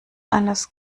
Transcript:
eines